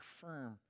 firm